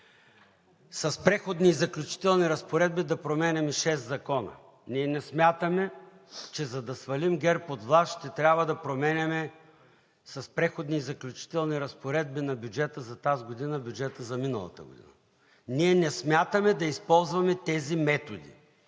с преходни и заключителни разпоредби да променяме шест закона. Ние не смятаме, че за да свалим ГЕРБ от власт, ще трябва да променяме с преходни и заключителни разпоредби на бюджета за тази година бюджета за миналата година. Ние не смятаме да използваме тези методи.